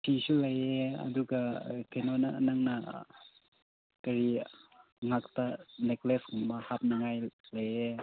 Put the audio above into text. ꯀꯤꯁꯨ ꯂꯩꯌꯦ ꯑꯗꯨꯒ ꯑꯥ ꯀꯩꯅꯣꯅ ꯅꯪꯅ ꯀꯔꯤ ꯉꯛꯇ ꯅꯦꯀ꯭ꯂꯦꯁ ꯀꯨꯝꯕ ꯍꯥꯞꯅꯤꯡꯉꯥꯏ ꯂꯩꯌꯦ